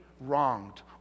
wronged